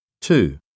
Two